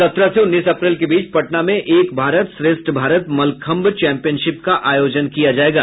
सत्रह से उन्नीस अप्रैल के बीच पटना में एक भारत श्रेष्ठ भारत मलखंभ चैम्पियनशिप का आयोजन किया जायेगा